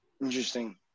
Interesting